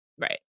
Right